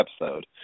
episode